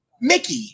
Mickey